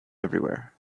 everywhere